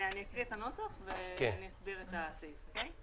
אני אקריא את הנוסח ואסביר את הסעיף, כן?